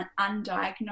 undiagnosed